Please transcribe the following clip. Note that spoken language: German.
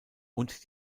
und